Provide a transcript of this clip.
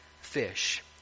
fish